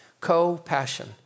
Co-passion